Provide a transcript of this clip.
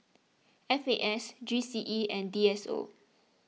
F A S G C E and D S O